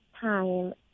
time